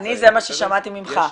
זה מה ששמעתי ממך.